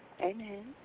Amen